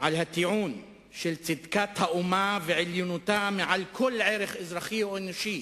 על הטיעון של צדקת האומה ועליונותה מעל כל ערך אזרחי או אנושי,